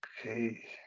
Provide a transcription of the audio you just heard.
Okay